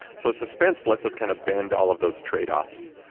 so suspense lets us kind of bend all of those trade-offs.